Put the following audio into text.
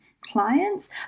clients